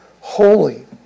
holy